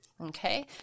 Okay